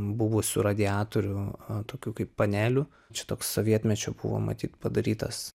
buvusių radiatorių e tokių kaip panelių čia toks sovietmečiu buvo matyt padarytas